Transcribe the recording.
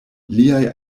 liaj